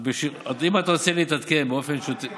טובים ונכונים כפי שאתה יודע לעשות.